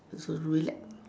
to relax